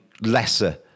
lesser